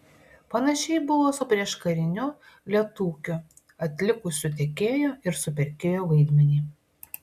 panašiai buvo su prieškariniu lietūkiu atlikusiu tiekėjo ir supirkėjo vaidmenį